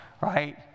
Right